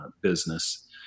business